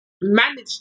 manage